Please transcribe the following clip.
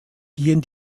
gehen